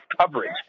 coverage